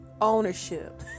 ownership